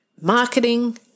marketing